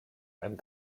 and